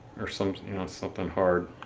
or something you know something hard